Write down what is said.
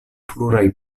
pluraj